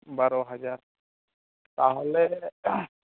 ᱵᱟᱨᱳ ᱦᱟᱡᱟᱨ ᱛᱟᱦᱚᱞᱮ